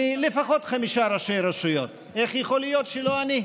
לפחות מחמישה ראשי רשויות: איך יכול להיות שלא אני?